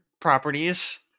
properties